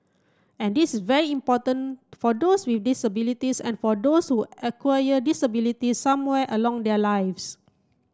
and this is very important for those with disabilities and for those who acquire disabilities somewhere along their lives